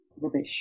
Rubbish